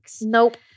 Nope